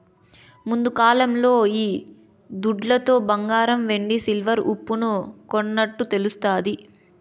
ముందుకాలంలో ఈ దుడ్లతో బంగారం వెండి సిల్వర్ ఉప్పును కొన్నట్టు తెలుస్తాది